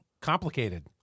Complicated